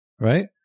Right